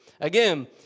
Again